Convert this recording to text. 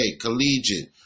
collegiate